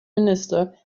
minister